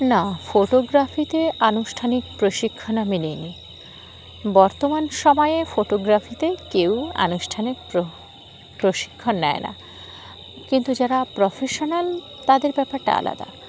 না ফটোগ্রাফিতে আনুষ্ঠানিক প্রশিক্ষণ আমি নিইনি বর্তমান সময়ে ফটোগ্রাফিতে কেউ আনুষ্ঠানিক প্র প্রশিক্ষণ নেয় না কিন্তু যারা প্রফেশনাল তাদের ব্যাপারটা আলাদা